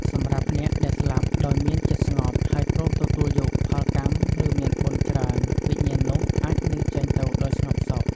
សម្រាប់អ្នកដែលស្លាប់ដោយមានចិត្តស្ងប់ ហើយព្រមទទួលយកផលកម្ម ឬមានបុណ្យច្រើន វិញ្ញាណនោះអាចនឹងចេញទៅដោយស្ងប់សុខ។